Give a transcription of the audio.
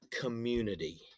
community